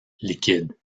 liquides